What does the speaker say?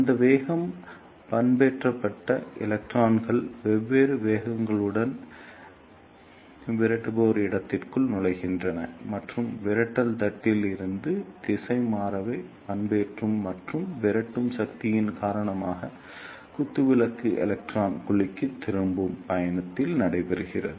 அந்த வேகம் பண்பேற்றப்பட்ட எலக்ட்ரான்கள் வெவ்வேறு வேகங்களுடன் விரட்டுபவர் இடத்திற்குள் நுழைகின்றன மற்றும் விரட்டல் தட்டில் இருந்து திசைவேக பண்பேற்றம் மற்றும் விரட்டும் சக்திகளின் காரணமாக குத்துவிளக்கு எலக்ட்ரானின் குழிக்கு திரும்பும் பயணத்தில் நடைபெறுகிறது